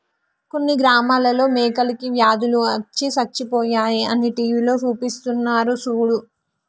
కొన్ని గ్రామాలలో మేకలకి వ్యాధులు అచ్చి సచ్చిపోయాయి అని టీవీలో సూపిస్తున్నారు సూడు